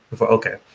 Okay